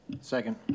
Second